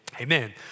amen